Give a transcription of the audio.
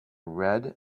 red